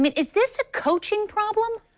but is this a coaching problem?